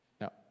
Now